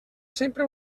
sempre